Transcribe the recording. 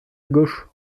gauche